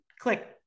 click